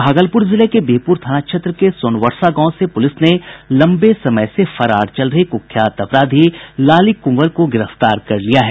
भागलपुर जिले के बिहपुर थाना क्षेत्र के सोनवर्षा गांव से पुलिस ने लंबे समय से फरार चल रहे कुख्यात अपराधी लाली कुंवर को गिरफ्तार कर लिया है